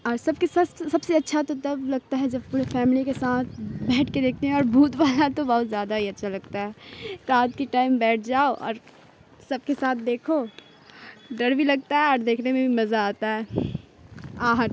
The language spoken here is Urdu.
اور سب کے سب سے اچھا تو تب لگتا ہے جب پورے فیملی کے ساتھ بیٹھ کے دیکھتے ہیں اور بھوت والا تو بہت زیادہ ہی اچھا لگتا ہے رات کی ٹائم بیٹھ جاؤ اور سب کے ساتھ دیکھو ڈر بھی لگتا ہے اور دیکھنے میں بھی مزہ آتا ہے آہٹ